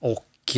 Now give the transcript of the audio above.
Och